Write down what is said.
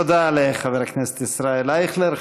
תודה לחבר הכנסת ישראל אייכלר.